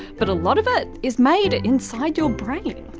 but a lot of it is made inside your brain.